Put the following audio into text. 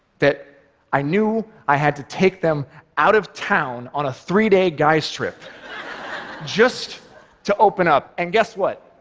that i knew i had to take them out of town on a three-day guys trip just to open up. and guess what?